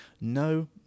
No